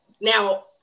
now